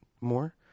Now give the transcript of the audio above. more